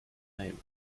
name